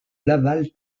laval